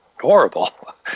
horrible